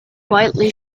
quietly